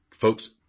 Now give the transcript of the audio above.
Folks